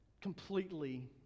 completely